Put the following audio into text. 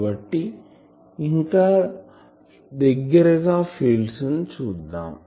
కాబట్టి ఇంకా దగ్గరగా ఫీల్డ్స్ ని చూద్దాం